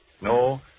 No